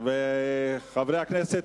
חבר הכנסת